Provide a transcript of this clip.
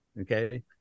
Okay